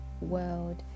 world